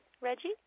Reggie